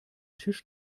tisch